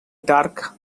dark